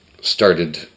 started